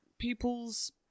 People's